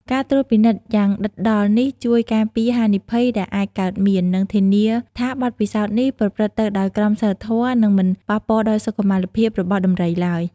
ការត្រួតពិនិត្យយ៉ាងដិតដល់នេះជួយការពារហានិភ័យដែលអាចកើតមាន និងធានាថាបទពិសោធន៍នេះប្រព្រឹត្តទៅដោយក្រមសីលធម៌ និងមិនប៉ះពាល់ដល់សុខុមាលភាពរបស់ដំរីឡើយ។